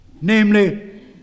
namely